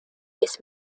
his